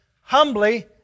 humbly